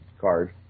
card